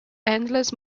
endless